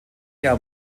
jahr